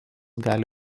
gali